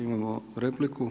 Imamo repliku.